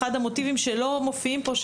אחד המוטיבים שלא מופיעים פה,